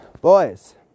boys